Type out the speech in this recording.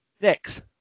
Next